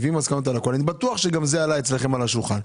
אני בטוח שגם זה עלה אצלכם על השולחן.